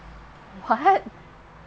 what